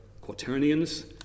Quaternions